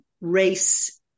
race